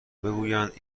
بگویند